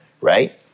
right